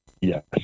Yes